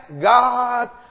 God